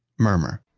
murmur.